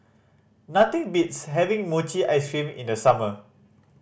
nothing beats having mochi ice cream in the summer